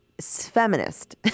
feminist